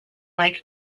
like